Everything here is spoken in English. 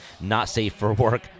not-safe-for-work